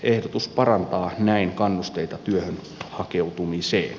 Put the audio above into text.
ehdotus parantaa näin kannusteita työhön hakeutumiseen